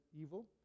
evil